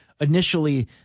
initially